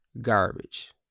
garbage